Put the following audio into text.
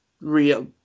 real